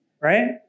right